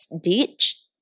ditch